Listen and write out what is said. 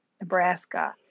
Nebraska